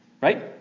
right